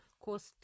cost